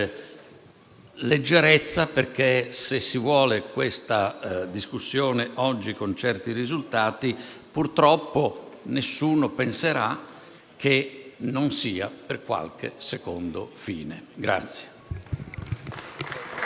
leggerezza: infatti, se si vuole questa discussione oggi con certi risultati, purtroppo nessuno penserà che non sia per qualche secondo fine.